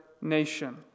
nation